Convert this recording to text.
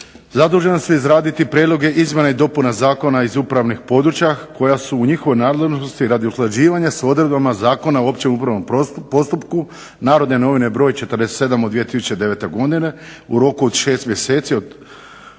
zadužena su izraditi prijedloge izmjena i dopuna zakona iz upravnih područja koja su u njihovoj nadležnosti radi usklađivanja sa odredbama Zakona o općem upravnom postupku "Narodne novine" broj 47. od 2009. godine u roku od 6 mjeseci od